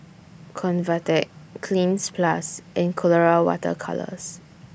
Convatec Cleanz Plus and Colora Water Colours